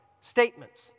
statements